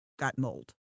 GotMold